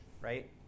right